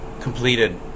completed